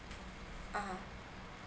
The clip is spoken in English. ah